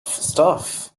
stuff